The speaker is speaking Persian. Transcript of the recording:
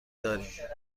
داریم